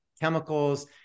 chemicals